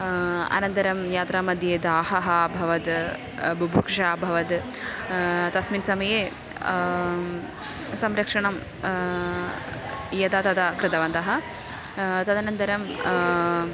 अनन्तरं यात्रा मध्ये दाहः अभवत् बुभुक्षा अभवत् तस्मिन् समये संरक्षणं यदा तदा कृतवन्तः तदनन्तरं